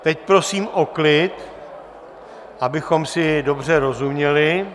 Teď prosím o klid, abychom si dobře rozuměli.